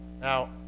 Now